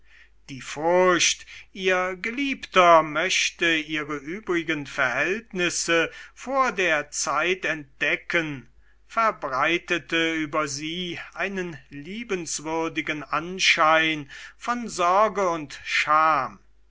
die furcht ihr geliebter möchte ihre übrigen verhältnisse vor der zeit entdecken verbreitete über sie einen liebenswürdigen anschein von sorge und scham